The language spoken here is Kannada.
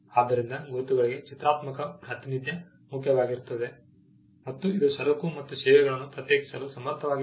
ಆದ್ದರಿಂದ ಗುರುತುಗಳಿಗೆ ಚಿತ್ರಾತ್ಮಕ ಪ್ರಾತಿನಿಧ್ಯ ಮುಖ್ಯವಾಗಿರುತ್ತದೆ ಮತ್ತು ಇದು ಸರಕು ಮತ್ತು ಸೇವೆಗಳನ್ನು ಪ್ರತ್ಯೇಕಿಸಲು ಸಮರ್ಥವಾಗಿದೆ